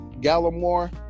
Gallimore